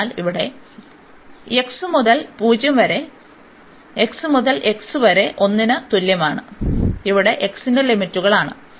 അതിനാൽ ഇവിടെ x മുതൽ 0 വരെ x മുതൽ x വരെ 1 ന് തുല്യമാണ് ഇവ x ന്റെ ലിമിറ്റുകളാണ്